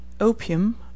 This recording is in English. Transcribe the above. opium